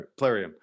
Plarium